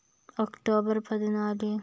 October പതിനാല്